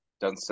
done